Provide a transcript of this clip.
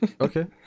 Okay